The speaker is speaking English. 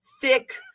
thick